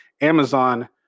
Amazon